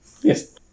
Yes